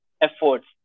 efforts